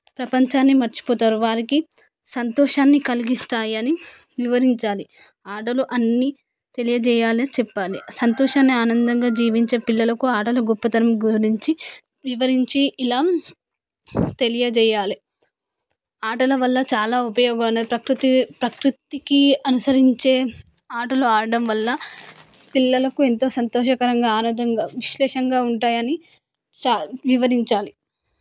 ప్రపంచాన్ని మర్చిపోతారు వారికి సంతోషాన్ని కలిగిస్తాయని వివరించాలి ఆటలు అన్ని తెలియజేయాలని చెప్పాలి సంతోషాన్ని ఆనందంగా జీవించే పిల్లలకు ఆటలు గొప్పతనం గురించి వివరించి ఇలా తెలియజేయాలి ఆటల వల్ల చాలా ఉపయోగాలు ప్రకృతి ప్రకృతికి అనుసరించే ఆటలు ఆడటం వల్ల పిల్లలకు ఎంతో సంతోషకరంగా ఆనందంగా విశేషంగా ఉంటాయని చ వివరించాలి